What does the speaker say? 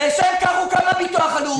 לשם כך הוקם הביטוח הלאומי.